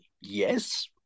Yes